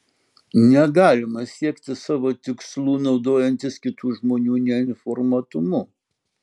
negalima siekti savo tikslų naudojantis kitų žmonių neinformuotumu